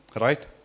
right